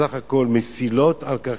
בסך הכול מסילות על קרקע.